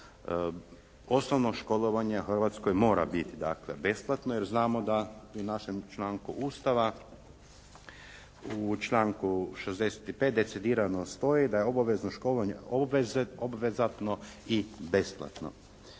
osnovno školovanje u Hrvatskoj mora biti dakle besplatno jer znamo da i u našem članku Ustava, u članku 65. decidirano stoji da je obavezno školovanje obvezatno i besplatno.